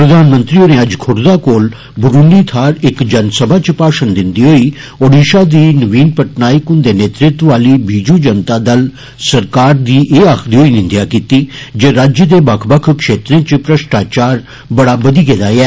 प्रधानमंत्री होरें अज्ज ज्ञीनतकं कोल बरुनी थाहर इक जनसभा च भाशण दिन्दे होई ओडिषा दी नवीन पटनाइक हुन्दे नेतृत्व आली बीजू जनता दल सरकार दी एह् आक्खदे होई निन्देआ कीती जे राज्य दे बक्ख बक्ख क्षेत्रें च भ्रश्टाचार बड़ा बदी गेदा ऐ